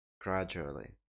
gradually